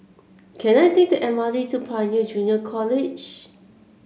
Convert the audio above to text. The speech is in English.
can I take the M R T to Pioneer Junior College